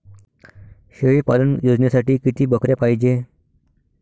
शेळी पालन योजनेसाठी किती बकऱ्या पायजे?